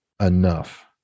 enough